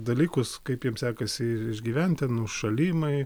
dalykus kaip jiem sekasi išgyvent ten užšalimai